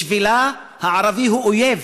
בשבילה הערבי הוא אויב,